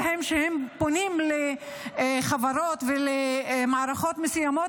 שלהם כשהם פונים לחברות ולמערכות מסוימות.